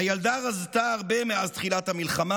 הילדה רזתה הרבה מאז תחילת המלחמה.